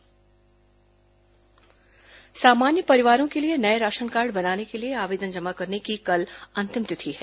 ration card आवेदन सामान्य परिवारों के लिए नये राशन कार्ड बनाने के लिए आवेदन जमा करने की कल अंतिम तिथि है